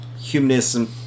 humanism